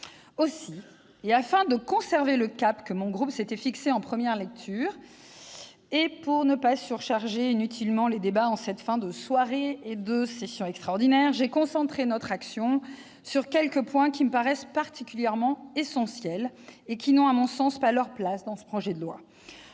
Aussi, et afin de conserver le cap que mon groupe s'était fixé en première lecture et pour ne pas surcharger inutilement les débats en cette fin de soirée et de session extraordinaire, je concentrerai mon propos sur quelques points qui me paraissent particulièrement essentiels et qui n'ont, à mon sens, pas leur place dans ce projet de loi.